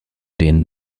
den